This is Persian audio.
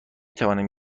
توانم